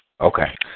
Okay